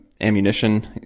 ammunition